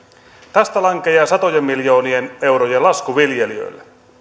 tästä lankeaa satojen miljoonien eurojen lasku viljelijöille